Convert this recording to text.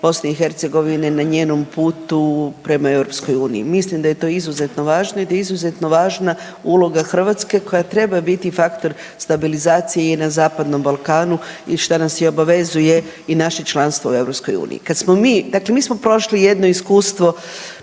BiH na njenom putu prema EU, mislim da je to izuzetno važno i da je izuzetno važna uloga Hrvatske koja treba biti faktor stabilizacije i na Zapadnom Balkanu i šta nas i obavezuje i naše članstvo u EU. Kad smo mi, dakle mi smo prošli jedno iskustvo